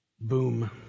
Boom